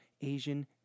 Asian